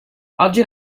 oggi